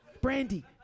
Brandy